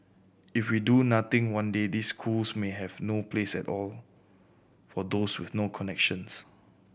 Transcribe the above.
if we do nothing one day these schools may have no place at all for those with no connections